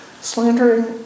slandering